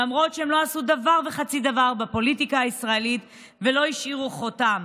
למרות שהם לא עשו דבר וחצי דבר בפוליטיקה הישראלית ולא השאירו חותם.